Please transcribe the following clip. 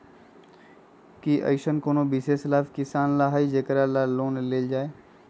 कि अईसन कोनो विशेष लाभ किसान ला हई जेकरा ला लोन लेल जाए?